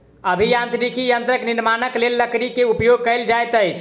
अभियांत्रिकी यंत्रक निर्माणक लेल लकड़ी के उपयोग कयल जाइत अछि